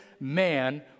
man